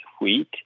wheat